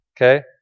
okay